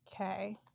Okay